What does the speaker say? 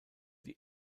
die